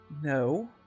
No